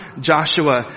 Joshua